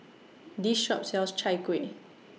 This Shop sells Chai Kuih